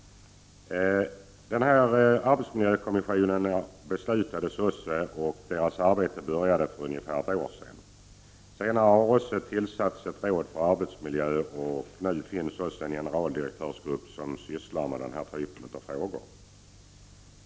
Regeringen beslutade sedan också att inrätta en arbetsmiljökommission, och dess arbete tog sin början för ungefär ett år sedan. Senare har man också tillsatt ett råd för arbetsmiljö, och nu finns också en generaldirektörsgrupp som arbetar med den här typen av frågor.